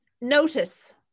Notice